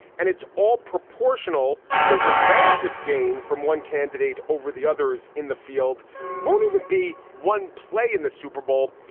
and it's all proportional. so the relative gain from one candidate over the others in the field won't even be one play in the super bowl.